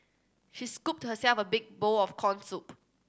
she scooped herself a big bowl of corn soup